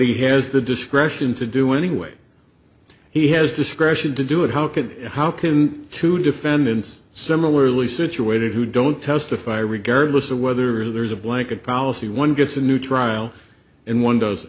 he has the discretion to do anyway he has discretion to do it how could how can two defendants similarly situated who don't testify regardless of whether there's a blanket policy one gets a new trial and one